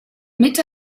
mitte